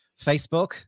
Facebook